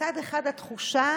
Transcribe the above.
מצד אחד, התחושה